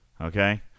Okay